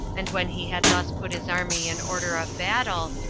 and when he had thus put his army in order of battle,